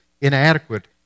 inadequate